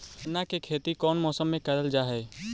गन्ना के खेती कोउन मौसम मे करल जा हई?